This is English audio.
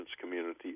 community